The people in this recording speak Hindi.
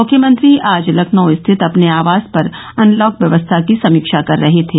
मुख्यमंत्री आज लखनऊ स्थित अपने आवास पर अनलॉक व्यवस्था की समीक्षा कर रहे थे